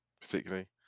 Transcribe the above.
particularly